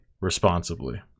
responsibly